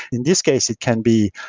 in this case, it can be,